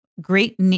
great